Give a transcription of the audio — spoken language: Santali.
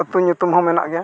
ᱟᱛᱳ ᱧᱩᱛᱩᱢ ᱦᱚᱸ ᱢᱮᱱᱟᱜ ᱜᱮᱭᱟ